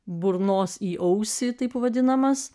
burnos į ausį taip vadinamas